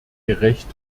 gerecht